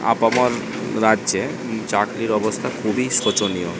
আপামার রাজ্যে চাকরির অবস্থা খুবই শোচনীয়